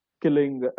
killing